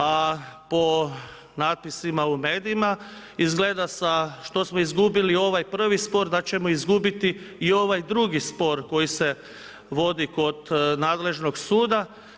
A po natpisima u medijima izgleda, što smo izgubili ovaj prvi spor da ćemo izgubiti i ovaj drugi spor koji se vodi kod nadležnog suda.